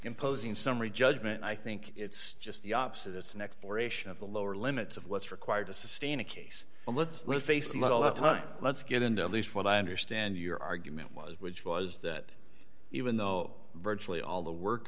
imposing summary judgment i think it's just the opposite it's an exploration of the lower limits of what's required to sustain a case well let's let's say so little of what let's get into at least what i understand your argument was which was that even though virtually all the work